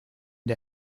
der